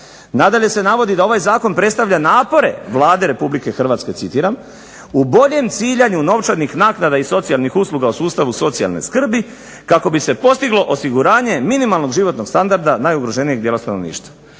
Nadalje se navodi da ovaj zakon predstavlja napore Vlade Republike Hrvatske, citiram u boljem ciljanju novčanih naknada i socijalnih usluga u sustavu socijalne skrbi, kako bi se postiglo osiguranje minimalnog životnog standarda najugroženijeg dijela stanovništva.